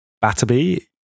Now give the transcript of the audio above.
Batterby